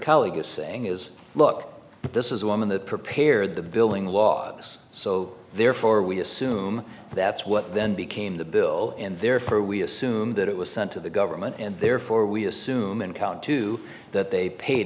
colleague is saying is look this is a woman that prepared the billing laws so therefore we assume that's what then became the bill and therefore we assume that it was sent to the government and therefore we assume in count two that they paid